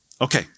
Okay